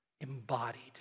embodied